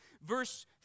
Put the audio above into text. Verse